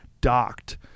docked